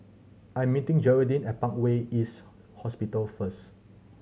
I'm meeting Geraldine at Parkway East Hospital first